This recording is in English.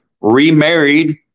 remarried